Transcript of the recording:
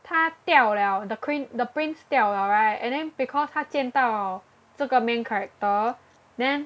他掉了 the queen the prince 掉了 right and then because 他见到这个 main character then